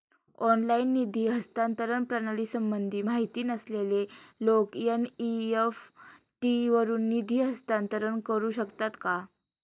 Online निधी हस्तांतरण प्रणालीसंबंधी माहिती नसलेले लोक एन.इ.एफ.टी वरून निधी हस्तांतरण करू शकतात का?